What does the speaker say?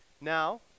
Now